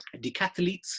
decathletes